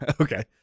Okay